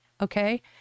okay